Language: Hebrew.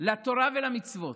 לתורה ולמצוות.